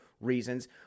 reasons